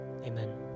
Amen